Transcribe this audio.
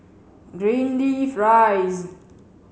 Greenleaf Rise